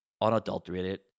unadulterated